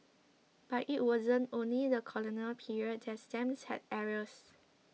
but it wasn't only the colonial period that stamps had errors